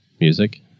music